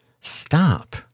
stop